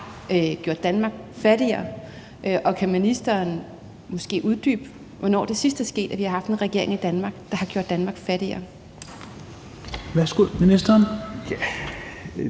regering har gjort Danmark fattigere, og kan ministeren måske uddybe, hvornår det sidst er sket, at vi har haft en regering i Danmark, der har gjort Danmark fattigere? Kl. 17:19 Tredje